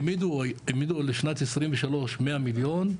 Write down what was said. העמידו לשנת 2023 100 מיליון,